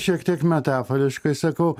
šiek tiek metaforiškai sakau